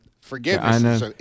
Forgiveness